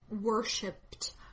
worshipped